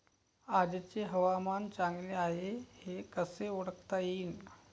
आजचे हवामान चांगले हाये हे कसे ओळखता येईन?